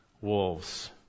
wolves